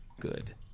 good